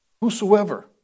Whosoever